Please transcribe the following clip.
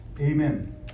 amen